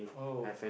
oh